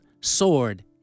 sword